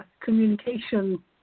communication